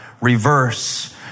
reverse